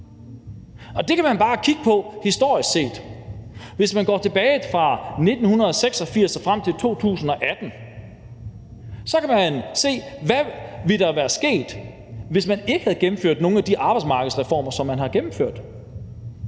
Det kan man bare kigge på historisk set. Hvis man går tilbage til 1986 og frem til 2018, kan man se, hvad der ville være sket, hvis ikke man havde gennemført nogle af de arbejdsmarkedsreformer, som man har gennemført: